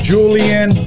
Julian